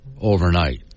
overnight